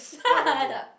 what you're gonna do